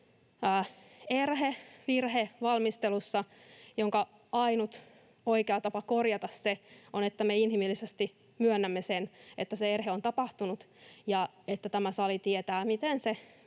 erhe, virhe, ja ainut oikea tapa korjata se on se, että me inhimillisesti myönnämme sen, että se erhe on tapahtunut, siten että tämä sali tietää, miten se